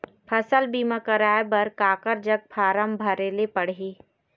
फसल बीमा कराए बर काकर जग फारम भरेले पड़ही?